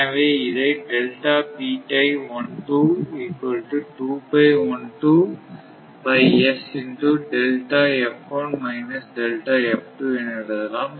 எனவே இதை என எழுதலாம்